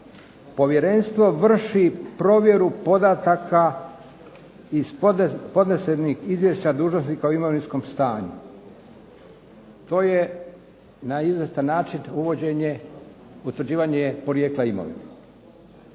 povjerenstvo vrši provjeru podataka iz podnesenih izvješća dužnosnika o imovinskom stanju. To je, na izvjestan način, uvođenje utvrđivanje porijekla imovine.